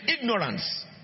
ignorance